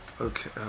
okay